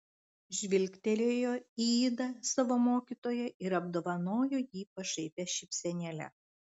žvilgtelėjo į idą savo mokytoją ir apdovanojo jį pašaipia šypsenėle